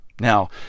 Now